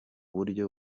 buryo